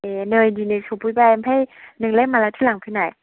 ए नै दिनै सौफैबाय ओमफ्राय नोंलाय मालाथो लांफैनाय